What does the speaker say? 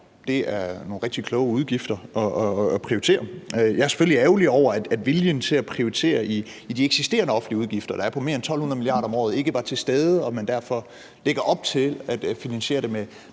Det er nogle rigtig kloge udgifter at prioritere. Jeg er selvfølgelig ærgerlig over, at viljen til at prioritere i de eksisterende offentlige udgifter, der er på mere end 1.200 mia. kr. om året, ikke var til stede, og at man derfor lægger op til at finansiere det med